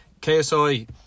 KSI